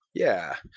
yeah.